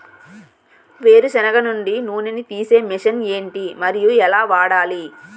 వేరు సెనగ నుండి నూనె నీ తీసే మెషిన్ ఏంటి? మరియు ఎలా వాడాలి?